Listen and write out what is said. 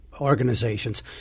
organizations